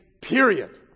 Period